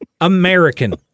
American